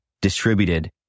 distributed